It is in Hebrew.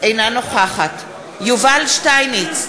אינה נוכחת יובל שטייניץ,